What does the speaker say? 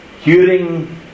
Hearing